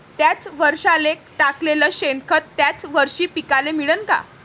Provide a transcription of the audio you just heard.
थ्याच वरसाले टाकलेलं शेनखत थ्याच वरशी पिकाले मिळन का?